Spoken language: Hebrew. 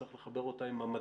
צריך לחבר אותה עם המדע.